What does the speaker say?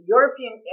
European